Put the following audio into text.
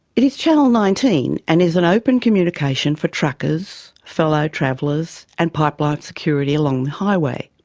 it is channel nineteen, and is an open communication for truckers, fellow travellers and pipeline security along the highway.